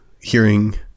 hearing